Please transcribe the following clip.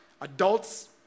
Adults